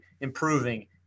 improving